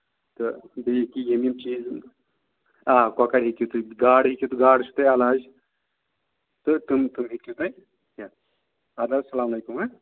تہٕ بیٚیہِ ییٚکیٛاہ یِم یِم چیٖز آ کۄکر ہیٚکِو تُہۍ گاڈ ہیٚکِو تہٕ گاڈٕ چھُو تۄہہِ علاج تہٕ تِم تِم ہیٚکِو تُہۍ کھٮ۪تھ اَدٕ حظ السلام علیکُم ہہ